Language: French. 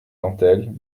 dentelles